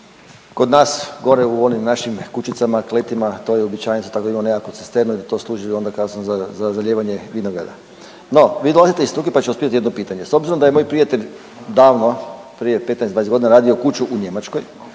kod nas gore u onim našim kućicama, kletima, to je uobičajeno za takvu imamo nekakvu cisternu i da to služi onda kasnije za zalijevanje vinograda. No, vi dolazite iz struke pa ću vas pitati jedno pitanje. S obzirom da je moj prijatelj davno prije 15, 20 godina radio kuću u Njemačkoj,